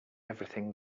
everything